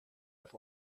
i’ve